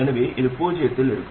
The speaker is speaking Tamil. எனவே இது பூஜ்ஜியத்தில் இருக்கும்